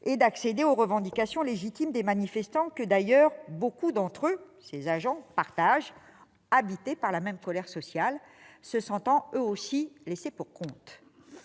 est d'accéder aux revendications légitimes des manifestants, que d'ailleurs beaucoup d'entre eux partagent, habités qu'ils sont par la même colère sociale, se sentant eux aussi laissés-pour-compte.